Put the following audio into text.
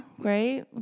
Great